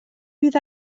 bydd